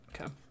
Okay